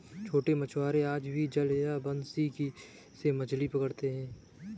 छोटे मछुआरे आज भी जाल या बंसी से मछली पकड़ते हैं